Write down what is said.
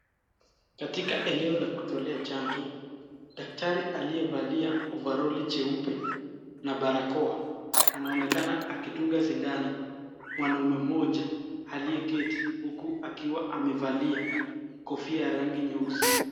Katika eneo la kutolea chanjo, daktari aliyevalia ovaroli cheupe na barakoa anaonekana akidunga sindano mwanaume mmoja aliyeketi huku akiwa amevalia kofia ya rangi nyeusi.